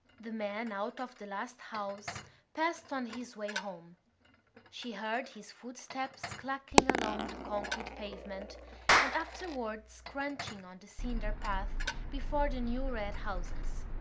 the man out of the last house passed on his way home she heard his footsteps clacking along the concrete pavement and afterwards crunching on the cinder path before the new red houses.